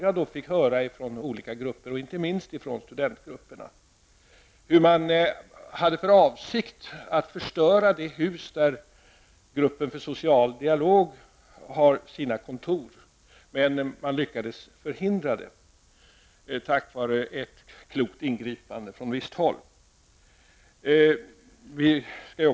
Jag fick höra från olika grupper, inte minst från studentgrupperna, att man hade för avsikt att förstöra det hus där Gruppen för social dialog har sina kontor. Detta kunde dock förhindras tack vare ett klokt ingripande från visst håll.